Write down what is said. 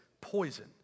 poison